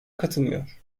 katılmıyor